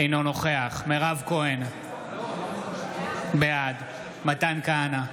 אינו נוכח מירב כהן, בעד מתן כהנא,